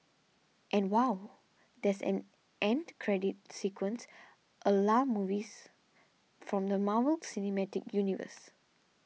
and wow there's an end credit sequence a la movies from the Marvel cinematic universe